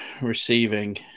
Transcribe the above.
receiving